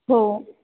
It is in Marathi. हो